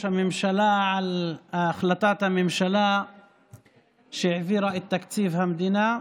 הממשלה על החלטת הממשלה שהעבירה את תקציב המדינה,